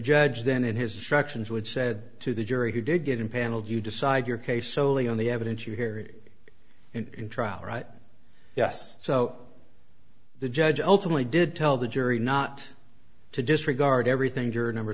judge then in his structures would said to the jury he did get impaneled you decide your case solely on the evidence you hear in trial right yes so the judge ultimately did tell the jury not to disregard everything juror number